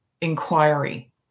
inquiry